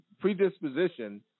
predisposition